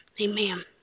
Amen